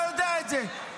אתה יודע את זה,